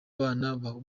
bana